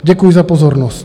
Děkuji za pozornost.